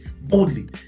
boldly